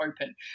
open